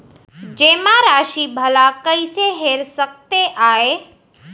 जेमा राशि भला कइसे हेर सकते आय?